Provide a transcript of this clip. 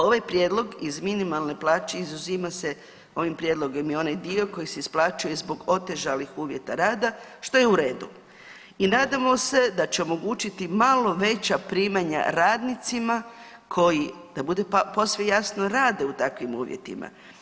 Ovaj prijedlog iz minimalne plaće izuzima se, ovim prijedlogom i onaj dio koji se isplaćuje zbog otežalih uvjeta rada što je u redu i nadamo se da će omogućiti malo veća primanja radnicima koji da bude posve jasno rade u takvim uvjetima.